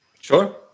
Sure